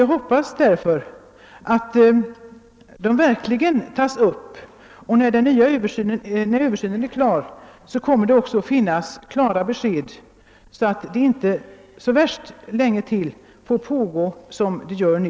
Jag hoppas alltså att frågan verkligen tas upp. När översynen är färdig kommer det säkert att finnas klara besked, som visar att det inte alltför länge till får fortsätta som det är nu.